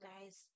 guys